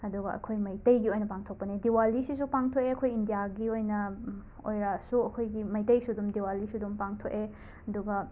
ꯑꯗꯨꯒ ꯑꯩꯈꯣꯏ ꯃꯩꯇꯩꯒꯤ ꯑꯣꯏꯅ ꯄꯥꯡꯊꯣꯛꯄꯅꯦ ꯗꯤꯋꯥꯂꯤꯁꯤꯁꯨ ꯄꯥꯡꯊꯣꯛꯑꯦ ꯑꯩꯈꯣꯏ ꯏꯟꯗ꯭ꯌꯥꯒꯤ ꯑꯣꯏꯅ ꯑꯣꯏꯔꯒꯁꯨ ꯑꯩꯈꯣꯏꯒꯤ ꯃꯩꯇꯩꯁꯨ ꯑꯗꯨꯝ ꯗꯤꯋꯥꯂꯤꯁꯨ ꯑꯗꯨꯝ ꯄꯥꯡꯊꯣꯛꯑꯦ ꯑꯗꯨꯒ